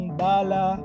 bala